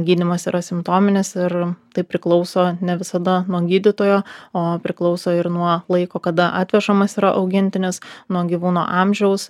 gydymas yra simptominis ir tai priklauso ne visada nuo gydytojo o priklauso ir nuo laiko kada atvežamas yra augintinis nuo gyvūno amžiaus